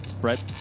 Brett